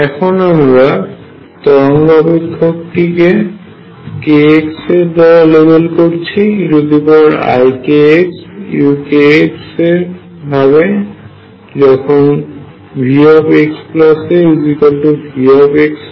এখন আমরা তরঙ্গ অপেক্ষকটিকে kx এর দ্বারা লেবেল করছি eikxuk ভাবে যখন Vxa V একটি ধ্রুবক হয়